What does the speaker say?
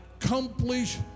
accomplish